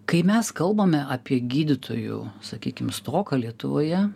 kai mes kalbame apie gydytojų sakykim stoką lietuvoje